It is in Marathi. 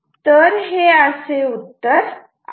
तर हे असे उत्तर आहे